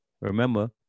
Remember